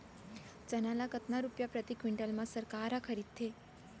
चना ल कतका रुपिया प्रति क्विंटल म सरकार ह खरीदथे?